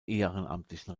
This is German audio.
ehrenamtlichen